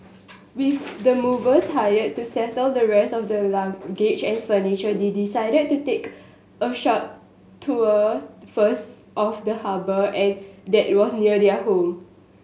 with the movers hired to settle the rest of their luggage and furniture they decided to take a short tour first of the harbour that was near their home